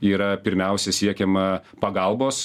yra pirmiausia siekiama pagalbos